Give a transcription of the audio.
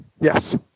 Yes